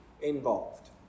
involved